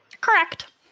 Correct